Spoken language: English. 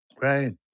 Right